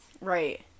Right